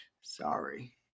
sorry